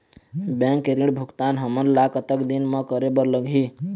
Bank के ऋण भुगतान हमन ला कतक दिन म करे बर लगही?